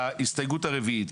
ההסתייגות הרביעית.